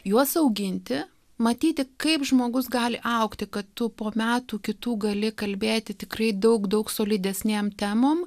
juos auginti matyti kaip žmogus gali augti kad tu po metų kitų gali kalbėti tikrai daug daug solidesnėm temom